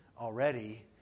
already